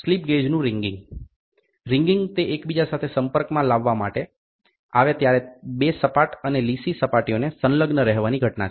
slip ગેજનું wringing wringing તે એકબીજા સાથે સંપર્કમાં લાવવામાં આવે ત્યારે બે સપાટ અને લીસી સપાટીઓને સંલગ્ન રહેવાની ઘટના છે